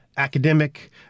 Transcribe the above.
academic